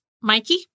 Mikey